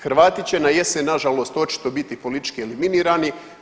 Hrvati će na jesen na žalost očito biti politički eliminirani.